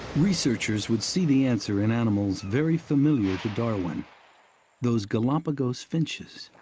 researchers would see the answer in animals very familiar to darwin those galapagos finches.